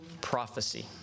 prophecy